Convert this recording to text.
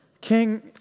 King